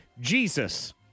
Jesus